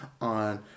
on